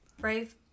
brave